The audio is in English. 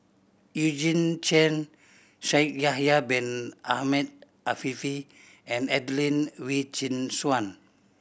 Eugene Chen Shaikh Yahya Bin Ahmed Afifi and Adelene Wee Chin Suan